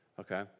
okay